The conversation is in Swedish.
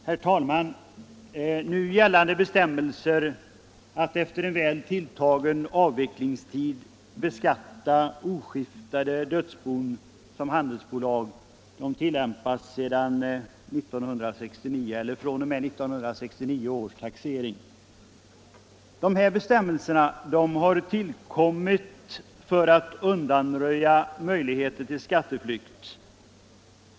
Herr talman! Nu gällande bestämmelser att efter en väl tilltagen avvecklingstid oskiftade dödsbon skall beskattas såsom handelsbolag tilllämpas fr.o.m. 1969 års taxering. Dessa bestämmelser tillkom för att man ville undanröja möjlighet till skatteflykt.